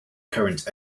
current